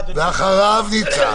אחריו חבר הכנסת ניצן.